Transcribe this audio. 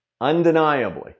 Undeniably